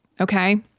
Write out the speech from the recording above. okay